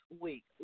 week